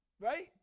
right